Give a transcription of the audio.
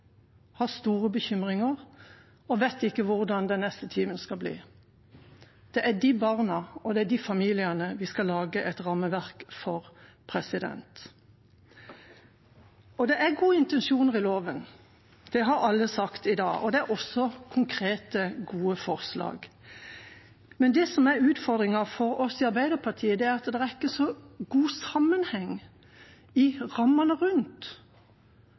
har store bekymringer og ikke vet hvordan den neste timen skal bli. Det er de barna og de familiene vi skal lage et rammeverk for. Det er gode intensjoner i loven. Det har alle sagt i dag, og det er også konkrete, gode forslag. Men det som er utfordringen for oss i Arbeiderpartiet, er at det ikke er så god sammenheng i rammene rundt.